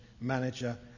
manager